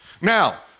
Now